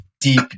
deep